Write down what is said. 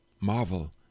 marvel